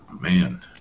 man